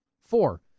Four